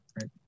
right